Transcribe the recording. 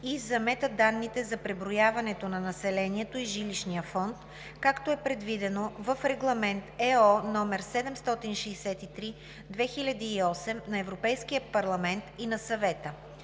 и за метаданните за преброяването на населението и жилищния фонд, както е предвидено в Регламент (ЕО) № 763/2008 на Европейския парламент и на Съвета